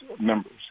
members